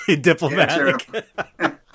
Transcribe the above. diplomatic